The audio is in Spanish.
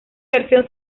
versión